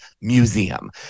Museum